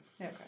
Okay